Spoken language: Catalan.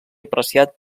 apreciat